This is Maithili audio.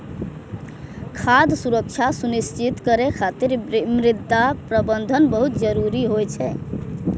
खाद्य सुरक्षा सुनिश्चित करै खातिर मृदा प्रबंधन बहुत जरूरी होइ छै